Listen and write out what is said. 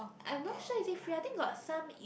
I'm not sure is it free I think got some is